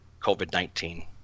COVID-19